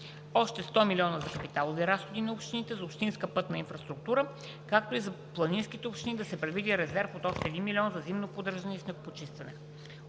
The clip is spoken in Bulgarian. още 100 млн. лв. за капиталовите разходи на общините за общинската пътна инфраструктура, както и за планинските общини да се предвиди резерв от още 1 млн. лв. за зимно поддържане и снегопочистване.